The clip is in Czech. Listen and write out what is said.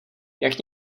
jak